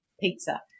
pizza